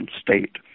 state